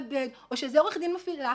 להתאבד או שאיזה עורך דין מפעיל לחץ,